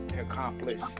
accomplish